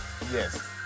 Yes